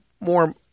more